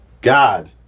God